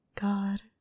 god